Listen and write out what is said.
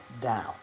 down